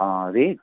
अँ रेट